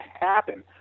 happen